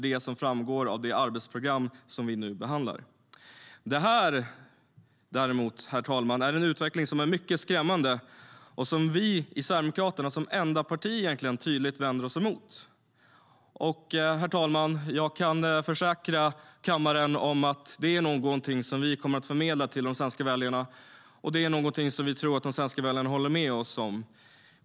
Det framgår av det arbetsprogram som vi nu behandlar. Detta, herr talman, är en utveckling som är mycket skrämmande och som vi i Sverigedemokraterna som enda parti tydligt vänder oss emot. Jag kan försäkra kammaren om att det är något som vi kommer att förmedla till de svenska väljarna och något som vi tror att de håller med oss om.